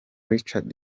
richard